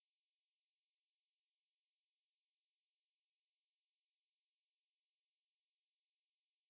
I mean you can go to settings and then manually do also lah but then suddenly more problematic